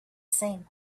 same